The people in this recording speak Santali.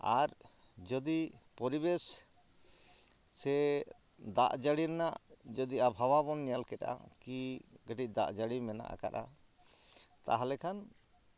ᱟᱨ ᱡᱚᱫᱤ ᱯᱚᱨᱤᱵᱮᱥ ᱥᱮ ᱫᱟᱜ ᱡᱟᱹᱲᱤ ᱨᱮᱱᱟᱜ ᱡᱚᱫᱤ ᱟᱵᱽᱦᱟᱣᱟᱵᱚᱱ ᱧᱮᱞ ᱠᱮᱫᱟ ᱠᱤ ᱠᱟᱹᱴᱤᱡ ᱫᱟᱜ ᱡᱟᱲᱤ ᱢᱮᱱᱟ ᱟᱠᱟᱫᱟ ᱛᱟᱦᱞᱮᱠᱷᱟᱱ